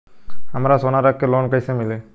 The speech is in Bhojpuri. हमरा सोना रख के लोन कईसे मिली?